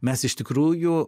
mes iš tikrųjų